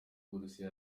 burusiya